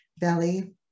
belly